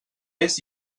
est